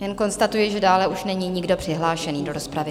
Jen konstatuji, že dále už není nikdo přihlášený do rozpravy.